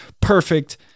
perfect